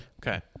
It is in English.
Okay